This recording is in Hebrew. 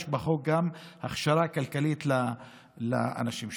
יש בחוק גם הכשרה כלכלית לאנשים שהסתבכו.